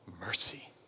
mercy